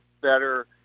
better